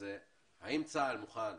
האם צה"ל מוכן